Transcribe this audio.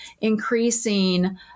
increasing